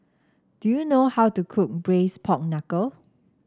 do you know how to cook braise Pork Knuckle